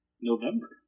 November